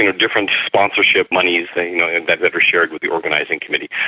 you know different sponsorship monies they've you know yeah they've never shared with the organising committee.